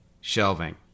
shelving